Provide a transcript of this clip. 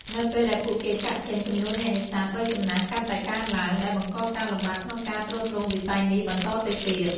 នៅពេលដែលពួកគេចាកចេញ ចំនួនអ្នកនេសាទវ័យចំណាស់កាន់តែកើនឡើង ដែលបង្កការលំបាកក្នុងការទ្រទ្រង់វិស័យនេះបន្តទៅទៀត។